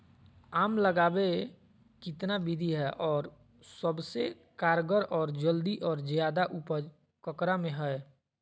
आम लगावे कितना विधि है, और सबसे कारगर और जल्दी और ज्यादा उपज ककरा में है?